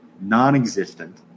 Non-existent